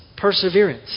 perseverance